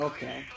Okay